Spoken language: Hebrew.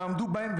תעמדו בהם,